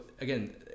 again